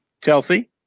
Chelsea